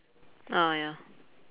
oh ya